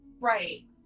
Right